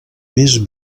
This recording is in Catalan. més